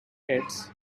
heads